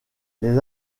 les